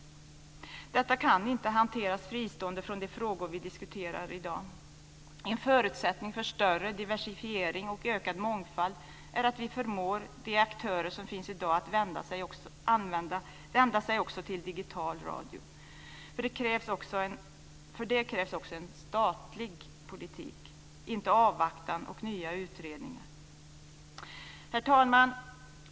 Detta kan inte hanteras fristående från de frågor som vi diskuterar i dag. En förutsättning för större diversifiering och ökad mångfald är att vi förmår de aktörer som finns i dag att vända sig också till digital radio. För det krävs också en statlig politik, inte avvaktan och nya utredningar. Herr talman!